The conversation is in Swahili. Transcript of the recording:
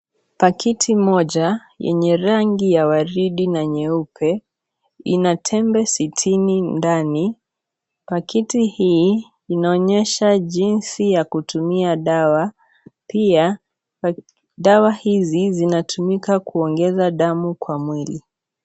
Pakiti moja, yenye rangi ya waridi na nyeupe, ina tembe sitini ndani, pakiti hii inaonyesha jinsi ya kutumia dawa pia, dawa hizi zinatumika kuongeza damu kwa mwili.